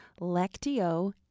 Lectio